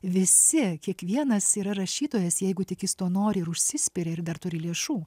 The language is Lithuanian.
visi kiekvienas yra rašytojas jeigu tik jis to nori ir užsispiria ir dar turi lėšų